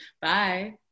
Bye